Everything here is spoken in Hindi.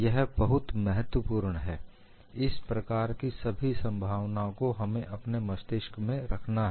यह बहुत महत्वपूर्ण है इस प्रकार की सभी संभावनाओं को हमें अपने मस्तिष्क में रखना है